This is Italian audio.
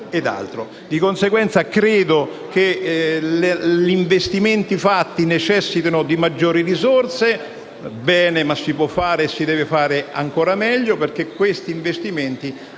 Di conseguenza, credo che gli investimenti fatti necessitino di maggiori risorse. Si sta facendo bene, ma si deve fare ancora meglio perché questi investimenti